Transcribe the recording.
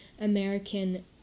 American